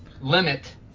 limit